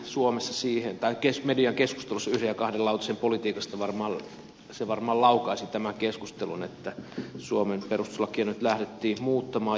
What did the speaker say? keskustelu mediassa yhden ja kahden lautasen politiikasta varmaan laukaisi tämän keskustelun että suomen perustuslakia lähdettiin nyt muuttamaan